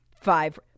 five